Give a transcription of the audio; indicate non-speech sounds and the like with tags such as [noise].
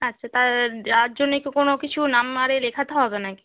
আচ্ছা তা যার জন্যে [unintelligible] কোনো কিছু নাম আরে লেখাতে হবে না কি